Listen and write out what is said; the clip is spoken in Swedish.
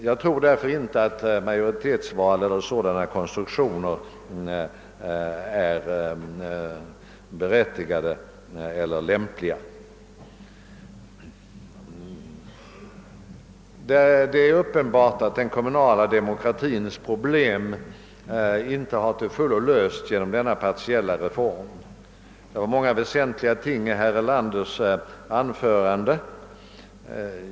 Jag tror alltså inte att majoritetsval eller sådana konstruktioner är erforderliga eller lämpliga. Det är uppenbart att den kommunala demokratins problem inte till fullo lösts genom dagens reform. Det berördes många väsentliga ting i herr Erlanders anförande.